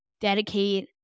dedicate